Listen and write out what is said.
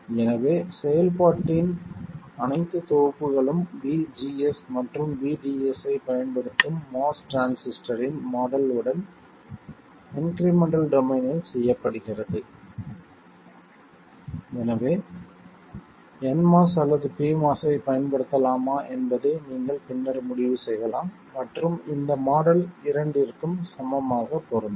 எனவே செயல்பாட்டின் அனைத்து தொகுப்புகளும் vGS மற்றும் vDS ஐப் பயன்படுத்தும் MOS டிரான்சிஸ்டரின் மாடல் உடன் இன்க்ரிமெண்டல் டொமைனில் செய்யப்படுகிறது எனவே nMOS அல்லது pMOS ஐப் பயன்படுத்தலாமா என்பதை நீங்கள் பின்னர் முடிவு செய்யலாம் மற்றும் இந்த மாடல் இரண்டிற்கும் சமமாகப் பொருந்தும்